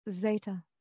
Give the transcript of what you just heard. Zeta